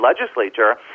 legislature